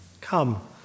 Come